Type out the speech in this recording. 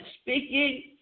speaking